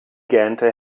gähnte